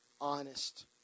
honest